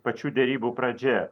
pačių derybų pradžia